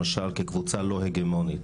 למשל כקבוצה לא הגמונית.